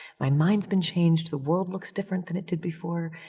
my mind's been changed, the world looks different than it did before.